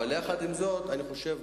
אבל עם זאת אני חושב,